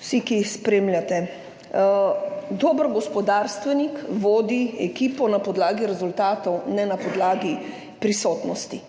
vsi, ki spremljate! Dober gospodarstvenik vodi ekipo na podlagi rezultatov, ne pa na podlagi prisotnosti.